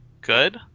good